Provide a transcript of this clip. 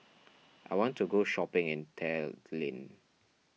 I want to go shopping in Tallinn